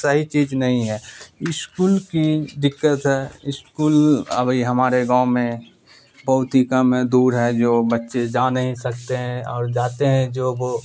صحیح چیز نہیں ہے اسکول کی دقت ہے اسکول ابھی ہمارے گاؤں میں بہت ہی کم ہے دور ہے جو بچے جا نہیں سکتے ہیں اور جاتے ہیں جو وہ